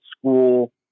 school